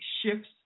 shifts